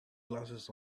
glasses